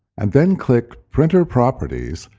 and then click printer properties,